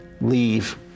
leave